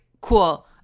cool